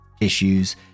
issues